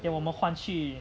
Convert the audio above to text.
then 我们换去